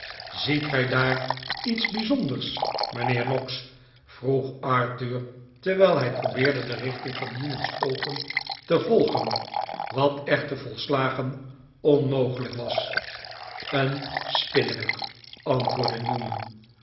ziet gij daar iets bijzonders mijnheer noggs vroeg arthur terwijl hij probeerde de richting van newman's oogen te volgen wat echter volslagen onmogelijk was een spinneweb antwoordde newman